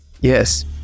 yes